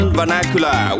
vernacular